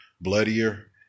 bloodier